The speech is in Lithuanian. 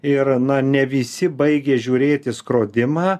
ir na ne visi baigė žiūrėti skrodimą